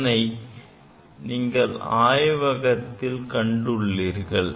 இதனை நீங்கள் எங்களது ஆய்வகத்தில் கொண்டுள்ளீர்கள்